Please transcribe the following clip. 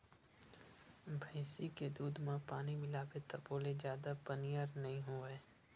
भइसी के दूद म पानी मिलाबे तभो ले जादा पनियर नइ होवय